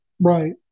Right